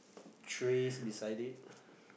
trays beside it